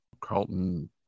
Carlton